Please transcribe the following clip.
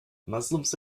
muslims